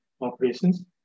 operations